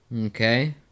Okay